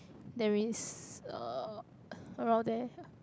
there is uh around there